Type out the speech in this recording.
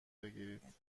بگیرید